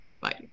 Bye